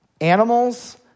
animals